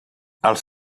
als